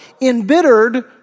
embittered